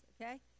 Okay